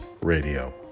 Radio